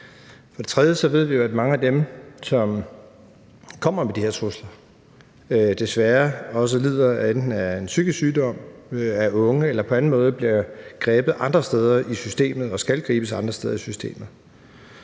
For det tredje ved vi jo, at mange af dem, som kommer med de her trusler, desværre også enten lider af en psykisk sygdom, er unge eller på anden måde bliver grebet andre steder i systemet og skal gribes andre steder i systemet.